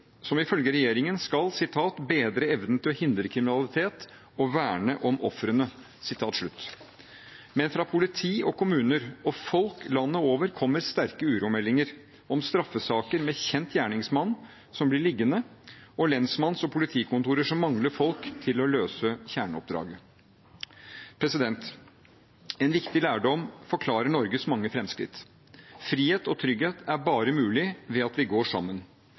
som ifølge regjeringen skal bedre «evnen til å hindre kriminalitet og verne om ofrene». Men fra politi, kommuner og folk landet over kommer det sterke uromeldinger om at straffesaker med kjent gjerningsmann blir liggende, og om lensmanns- og politikontorer som mangler folk til å løse kjerneoppdraget. En viktig lærdom forklarer Norges mange framskritt: Frihet og trygghet er bare mulig ved at vi går sammen.